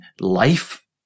life